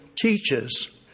teaches